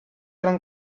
eran